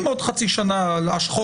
אם מדובר על אותו אירוע.